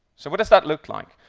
so, what does that look like?